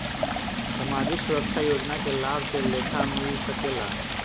सामाजिक सुरक्षा योजना के लाभ के लेखा मिल सके ला?